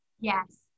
Yes